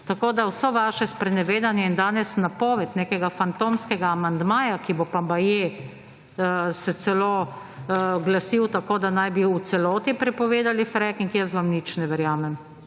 Vse vaše sprenevedanje in danes napoved nekega fantomskega amandmaja, ki bo pa baje se celo glasil tako, da naj bi v celoti prepovedali fracking, jaz vam nič ne verjamem.